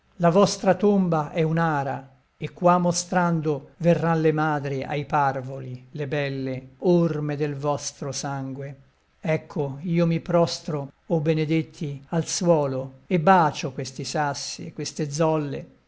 la vostra tomba è un'ara e qua mostrando verran le madri ai parvoli le belle orme del vostro sangue ecco io mi prostro o benedetti al suolo e bacio questi sassi e queste zolle